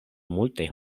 multaj